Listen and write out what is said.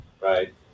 right